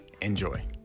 enjoy